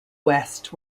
west